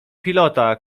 pilota